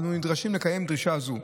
אנו נדרשים לקיים דרישה זו.